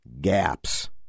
gaps